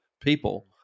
people